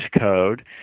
code